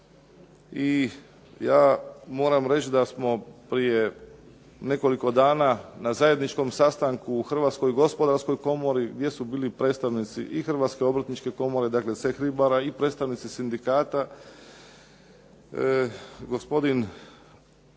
i ja moram reći da smo prije nekoliko dana na zajedničkom sastanku u Hrvatskoj gospodarskoj komori gdje su bili predstavnici i Hrvatske obrtničke komore, dakle ceh ribara i predstavnici sindikata, gospodin Čobanković,